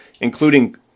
including